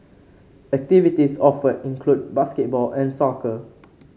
activities offered include basketball and soccer